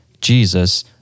Jesus